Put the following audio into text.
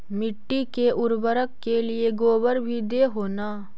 मिट्टी के उर्बरक के लिये गोबर भी दे हो न?